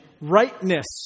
rightness